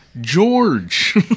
George